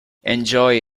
enjoy